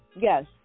Yes